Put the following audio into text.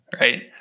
right